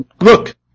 Look